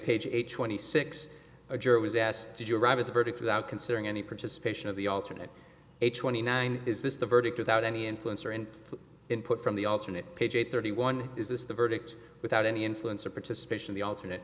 page eight twenty six a juror was asked did you arrive at the verdict without considering any participation of the alternate eight twenty nine is this the verdict without any influence or input input from the alternate page eight thirty one is the verdict without any influence or participation the alternate